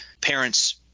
parents